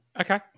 Okay